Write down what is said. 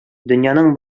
дөньяның